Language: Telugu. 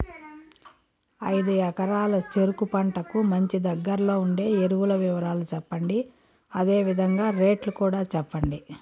ఐదు ఎకరాల చెరుకు పంటకు మంచి, దగ్గర్లో ఉండే ఎరువుల వివరాలు చెప్పండి? అదే విధంగా రేట్లు కూడా చెప్పండి?